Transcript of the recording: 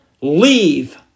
leave